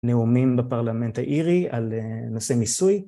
נאומים בפרלמנט העירי על נושא מיסוי